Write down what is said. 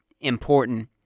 important